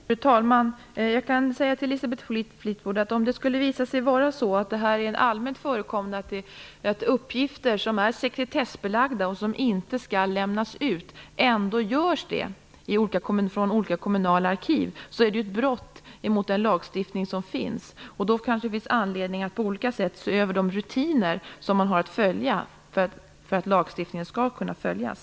Fru talman! Jag kan säga till Elisabeth Fleetwood att det är ett brott mot den lag som finns om uppgifter som är sekretessbelagda och som inte skall lämnas ut ändå lämnas ut från olika kommunala arkiv. Om detta skulle visa sig vara allmänt förekommande kanske det finns anledning att på olika sätt se över de rutiner som tillämpas, för lagen skall kunna följas.